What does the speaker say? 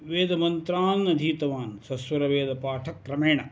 वेदमन्त्रान् अधीतवान् सस्वरवेदपाठक्रमेण